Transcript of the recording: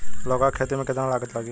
लौका के खेती में केतना लागत लागी?